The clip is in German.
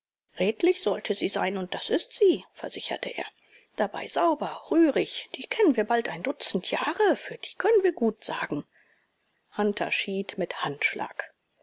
redlich sollte sie sein und das ist sie versicherte er dabei sauber rührig die kennen wir bald ein dutzend jahre für die können wir gutsagen hunter schied mit handschlag